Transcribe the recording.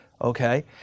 okay